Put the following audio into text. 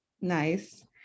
Nice